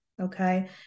okay